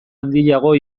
handiago